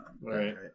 right